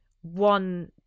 one